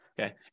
okay